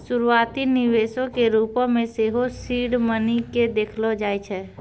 शुरुआती निवेशो के रुपो मे सेहो सीड मनी के देखलो जाय छै